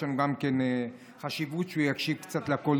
יש גם חשיבות שהוא יקשיב קצת לקולות.